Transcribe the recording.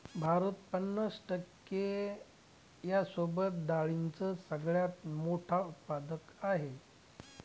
भारत पन्नास टक्के यांसोबत डाळींचा सगळ्यात मोठा उत्पादक आहे